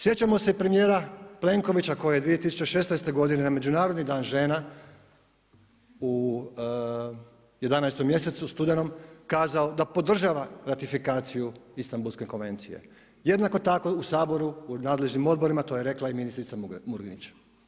Sjećamo se i premijera Plenkovića koji je 2016. godine na Međunarodni dan žena u 11. mjesecu kazao da podržava ratifikaciju Istambulske konvencije, jednako tako u Saboru u nadležnim odborima to je rekla i ministra Murganić.